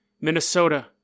Minnesota